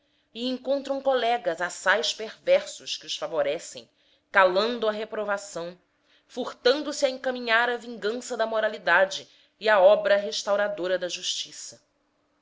e encontram colegas assaz perversos que os favorecem calando a reprovação furtando-se a encaminhar a vingança da moralidade e a obra restauradora da justiça